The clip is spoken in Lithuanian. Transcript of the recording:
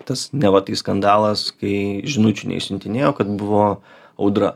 tas neva tai skandalas kai žinučių neišsiuntinėjo kad buvo audra